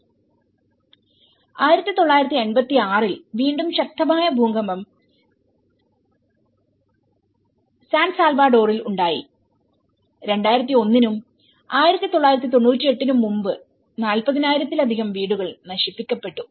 1986 ൽ വീണ്ടും ശക്തമായ ഭൂകമ്പം സാൻ സാൽവഡോറിൽഉണ്ടായി 2001 നും 1998 നും മുമ്പ് നാൽപതിനായിരത്തിലധികം വീടുകൾ നശിപ്പിക്കപ്പെട്ടു